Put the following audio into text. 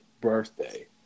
birthday